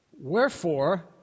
Wherefore